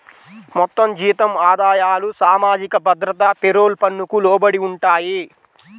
మొత్తం జీతం ఆదాయాలు సామాజిక భద్రత పేరోల్ పన్నుకు లోబడి ఉంటాయి